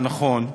גם יוטה, נכון.